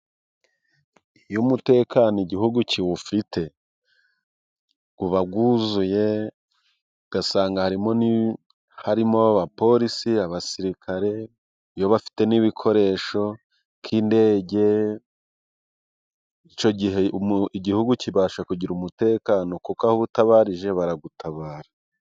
Iyo umutekano igihugu kiwufite, uba wuzuye, ugasanga harimo abapolisi, abasirikare, iyo bafite n'ibikoresho k'indege, icyo gihe igihugu kibasha kugira umutekano kuko aho utabarije baragutabara.